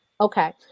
Okay